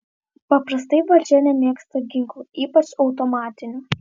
paprastai valdžia nemėgsta ginklų ypač automatinių